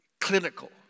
clinical